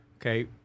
okay